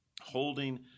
Holding